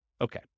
Okay